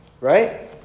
right